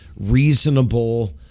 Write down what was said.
reasonable